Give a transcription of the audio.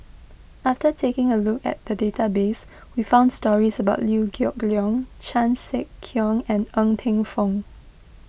after taking a look at the database we found stories about Liew Geok Leong Chan Sek Keong and Ng Teng Fong